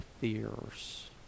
fears